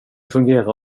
fungera